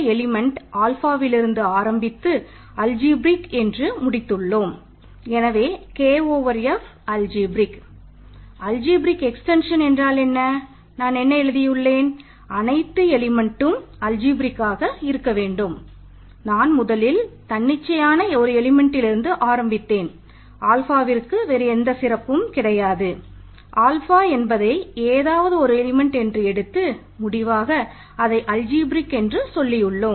F alpha என்று முடித்துள்ளோம்